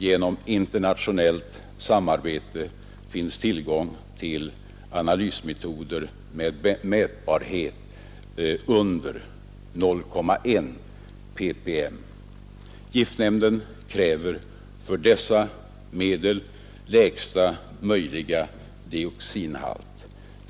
Genom internationellt samarbete finns tillgång till analysmetoder med mätbarhet under 0,1 ppm. Giftnämnden kräver för dessa medel lägsta möjliga dioxinhalt.